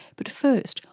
but first,